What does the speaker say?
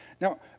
Now